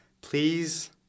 please